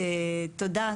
תודה.